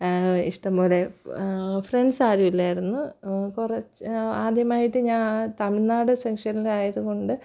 ഇഷ്ടംപോലെ ഫ്രണ്ട്സാരും ഇല്ലായിരുന്നു കുറച്ച് ആദ്യമായിട്ട് ഞാന് തമിഴ്നാട് സെക്ഷനിൽ ആയതുകൊണ്ട്